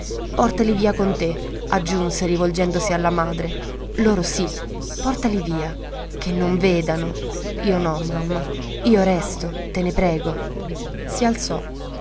portali via con te aggiunse rivolgendosi alla madre loro sì portali via ché non vedano io no mamma io resto te ne prego si alzò